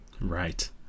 Right